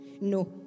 No